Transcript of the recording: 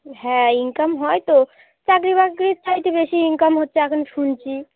হ্যাঁ ইনকাম হয় তো চাকরি বাকরির চাইতে বেশি ইনকাম হচ্ছে এখন শুনছি